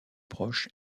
proche